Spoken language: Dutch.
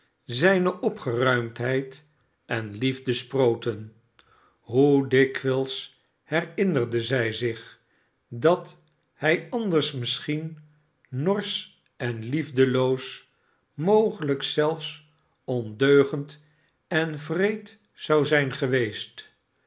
zijne opgeruimdheid en liefde sproten hoe dikwijls herinnerde zij zich dat hij anders misschien norsch en liefdeloos mogelijk zelfs ondeugend en wreed zou zijn geweest